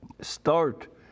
start